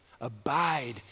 Abide